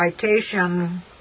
citation